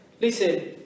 listen